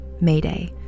Mayday